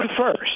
first